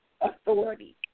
authority